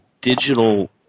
digital –